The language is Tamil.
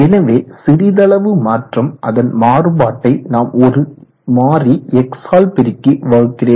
எனவே சிறிதளவு மாற்றம் அதன் மாறுபாட்டை நான் ஒரு மாறி X ஆல் பெருக்கி வகுக்கிறேன்